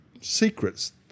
secrets